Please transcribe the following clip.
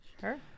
Sure